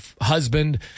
husband